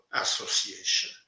association